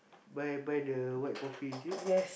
buy buy the white coffee is it